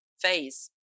phase